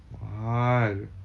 mahal